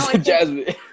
Jasmine